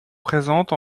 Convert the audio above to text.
présente